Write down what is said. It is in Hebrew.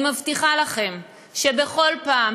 אני מבטיחה לכם שבכל פעם,